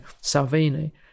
Salvini